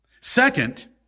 Second